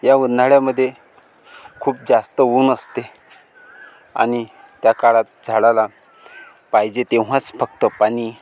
या उन्हाळ्यामध्ये खूप जास्त ऊन असते आणि त्या काळात झाडाला पाहिजे तेव्हाच फक्त पाणी